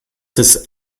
des